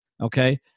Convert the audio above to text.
okay